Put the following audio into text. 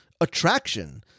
attraction